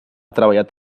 treballat